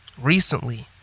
recently